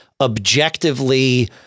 objectively